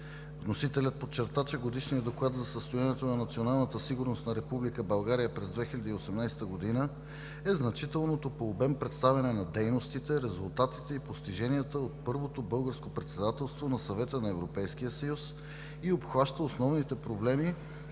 Вносителят подчерта, че Годишният доклад за състоянието на националната сигурност на Република България през 2018 г. е значителното по обем представяне на дейностите, резултатите и постиженията от първото Българско председателство на Съвета на Европейския съюз и обхваща основните проблеми